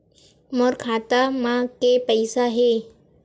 मोर खाता म के पईसा हे?